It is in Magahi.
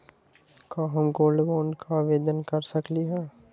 का हम गोल्ड बॉन्ड ला आवेदन कर सकली ह?